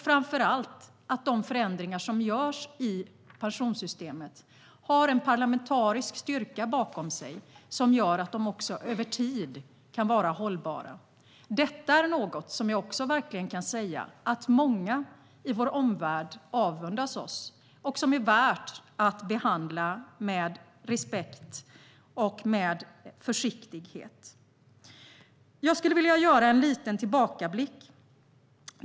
Framför allt gör det att de förändringar som görs i pensionssystemet har en parlamentarisk styrka bakom sig som gör att de kan vara hållbara över tid. Även detta är något som många i vår omvärld verkligen avundas oss och som är värt att behandla med respekt och försiktighet. Jag skulle vilja göra en liten tillbakablick.